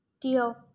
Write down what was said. Deal